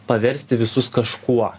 paversti visus kažkuo